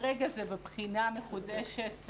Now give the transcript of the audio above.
כרגע זה בבחינה מחודשת,